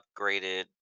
upgraded